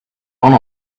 one